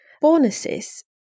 Bonuses